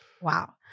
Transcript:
wow